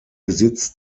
besitz